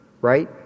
right